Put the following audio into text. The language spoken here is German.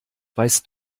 weißt